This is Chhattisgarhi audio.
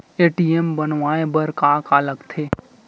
ए.टी.एम बनवाय बर का का लगथे?